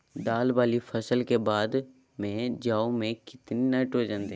दाल वाली फसलों के बाद में जौ में कितनी नाइट्रोजन दें?